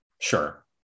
Sure